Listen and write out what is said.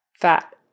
Fat